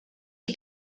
you